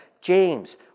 James